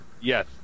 yes